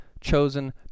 chosen